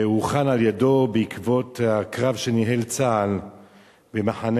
שהוכן על-ידו בעקבות הקרב שניהל צה"ל במחנה